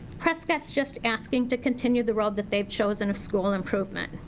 prescott's just asking to continue the road that they've chosen of school improvement.